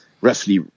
roughly